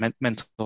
mental